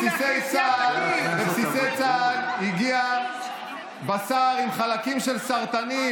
כשלבסיסי צה"ל הגיע בשר עם חלקים של סרטנים